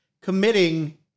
committing